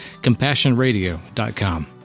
CompassionRadio.com